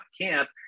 camp